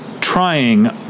trying